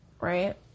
Right